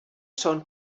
són